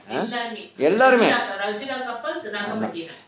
எல்லாருமே ஆமாம்:ellarume aamaam